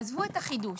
עזבו את החידוש.